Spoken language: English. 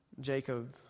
Jacob